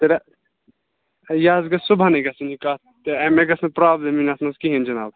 تیٚلہِ ہے یہِ حظ گژھِ صُبحَنٕے گژھٕنۍ یہِ کَتھ مےٚ گژھِ نہ پرابلِم یِنۍ اَتھ منٛز کِہیٖنۍ جِناب